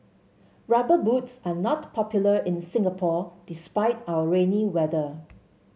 rubber boots are not popular in Singapore despite our rainy weather